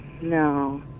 no